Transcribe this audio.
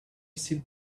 sit